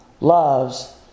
loves